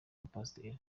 umupasiteri